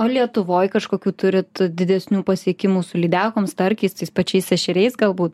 o lietuvoj kažkokių turit didesnių pasiekimų su lydekom starkiais tais pačiais ešeriais galbūt